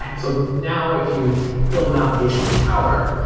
ah so now if you build an application on tower,